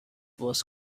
was